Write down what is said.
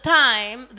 time